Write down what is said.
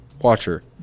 watcher